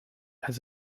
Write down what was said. has